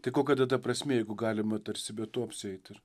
tai kokia tada prasmė jeigu galima tarsi be to apsieit ir